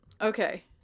Okay